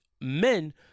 men